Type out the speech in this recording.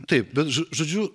taip bet žo žodžiu